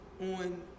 on